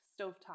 stovetop